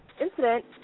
incident